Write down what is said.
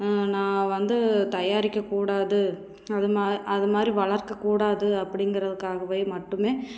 நான் வந்து தயாரிக்க கூடாது அது அது மாதிரி வளர்க்க கூடாது அப்படிங்கிறதுக்காகவே மட்டுமே